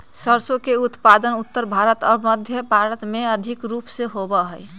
सरसों के उत्पादन उत्तर भारत और मध्य भारत में अधिक रूप से होबा हई